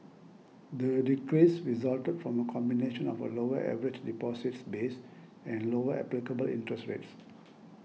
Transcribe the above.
the decrease resulted from a combination of a lower average deposits base and lower applicable interest rates